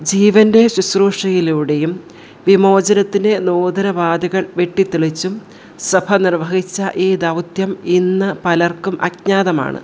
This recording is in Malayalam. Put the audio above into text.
ജീവൻ്റെ ശുശ്രൂഷയിലൂടെയും വിമോചനത്തിൻ്റെ നൂതന വാതിലുകൾ വെട്ടിത്തെളിച്ചും സഭ നിർവഹിച്ച ഈ ദൗത്യം ഇന്ന് പലർക്കും അജ്ഞാതമാണ്